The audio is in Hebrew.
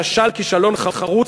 כשל כישלון חרוץ,